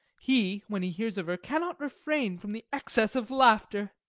he, when he hears of her, cannot refrain from the excess of laughter